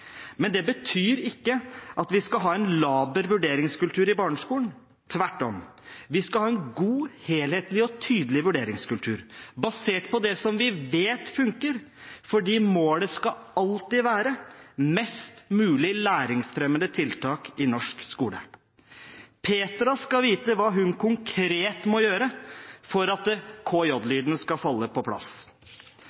Men det betyr ikke at vi skal ha en laber vurderingskultur i barneskolen, tvert om. Vi skal ha en god, helhetlig og tydelig vurderingskultur basert på det som vi vet funker, fordi målet alltid skal være mest mulig læringsfremmende tiltak i norsk skole. Petra skal vite hva hun konkret må gjøre for at